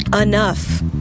enough